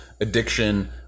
addiction